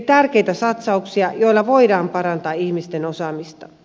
tärkeitä satsauksia joilla voidaan parantaa ihmisten osaamista